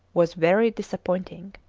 was very disappointing.